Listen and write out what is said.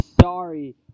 sorry